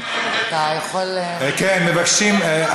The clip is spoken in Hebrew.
אתה יכול, כן, מבקשים.